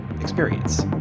experience